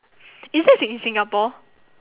is it sing~ singapore